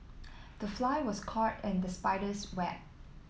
the fly was caught in the spider's web